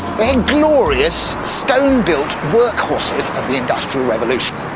inglorious, stone-built workhorses of the industrial revolution.